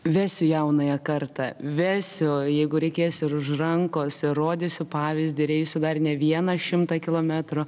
vesiu jaunąją kartą vesiu jeigu reikės ir už rankos ir rodysiu pavyzdį ir eisiu dar ne vieną šimtą kilometrų